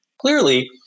Clearly